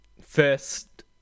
first